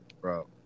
Bro